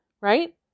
Right